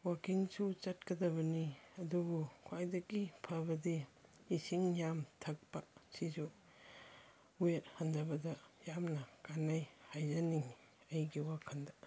ꯋꯥꯛꯀꯤꯡꯁꯨ ꯆꯠꯀꯗꯕꯅꯤ ꯑꯗꯨꯕꯨ ꯈ꯭ꯋꯥꯏꯗꯒꯤ ꯐꯕꯗꯤ ꯏꯁꯤꯡ ꯌꯥꯝ ꯊꯛꯄ ꯁꯤꯁꯨ ꯋꯦꯠ ꯍꯟꯗꯕꯗ ꯌꯥꯝꯅ ꯀꯥꯟꯅꯩ ꯍꯥꯏꯖꯅꯤꯡꯏ ꯑꯩꯒꯤ ꯋꯥꯈꯟꯗ